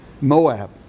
Moab